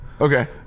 Okay